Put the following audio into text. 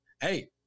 Hey